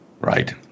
Right